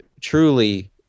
truly